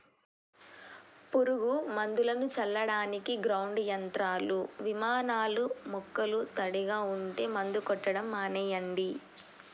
పురుగు మందులను చల్లడానికి గ్రౌండ్ యంత్రాలు, విమానాలూ మొక్కలు తడిగా ఉంటే మందు కొట్టడం మానెయ్యండి